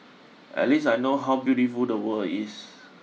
at least I know how beautiful the world is